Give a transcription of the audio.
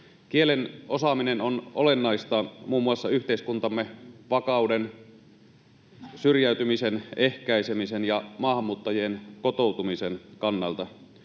Kielen osaaminen on olennaista muun muassa yhteiskuntamme vakauden, syrjäytymisen ehkäisemisen ja maahanmuuttajien kotoutumisen kannalta.